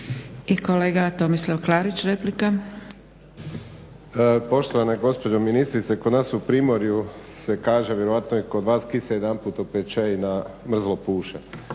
**Klarić, Tomislav (HDZ)** Poštovana gospođo ministrice kod nas u Primorju se kaže, vjerojatno i kod vas, ki se jedanput opeče i na mrzlo puše.